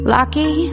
Lucky